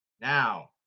Now